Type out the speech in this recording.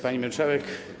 Pani Marszałek!